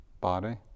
body